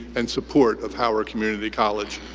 and support of howard community college.